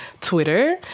Twitter